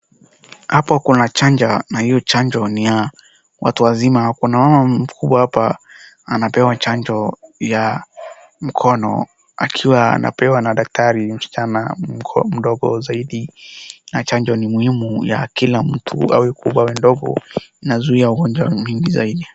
Hapo kuna chanjo na hiyo chanjo ni ya watu wazima. Kuna mama mkubwa anapewa chanjo ya mkono akiwa anapewa ana daktari msichana mdogo zaidi. Na chanjo ni muhimu ya kila mtu awe kubwa awe ndogo inazuia ugonjwa mingi zaidi.